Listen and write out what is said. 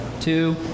Two